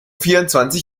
vierundzwanzig